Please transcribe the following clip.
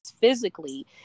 physically